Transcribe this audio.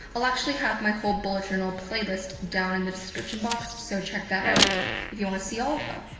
i'll actually have my whole bullet journal playlist down in the description box, so check that out if you want to see all of them.